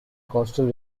coastal